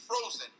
frozen